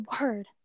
word